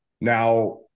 now